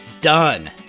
DONE